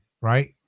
right